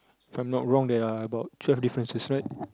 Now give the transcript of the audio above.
if I'm not wrong there are about twelve differences right